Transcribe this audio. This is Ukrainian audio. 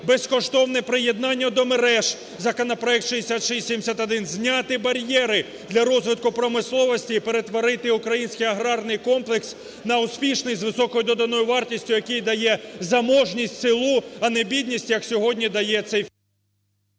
безкоштовне приєднання до мереж (законопроект 6671), зняти бар'єри для розвитку промисловості і перетворити український аграрний комплекс на успішний, з високою доданою вартістю, який дає заможність селу, а не бідність як сьогодні дає цей…